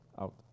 Out